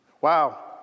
Wow